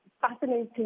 fascinating